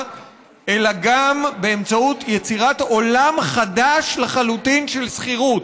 אלא גם באמצעות יצירת עולם חדש לחלוטין של שכירות.